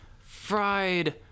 fried